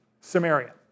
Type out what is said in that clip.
Samaria